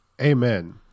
Amen